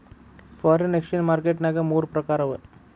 foreign exchange market ನ್ಯಾಗ ಮೂರ್ ಪ್ರಕಾರವ